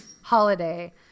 holiday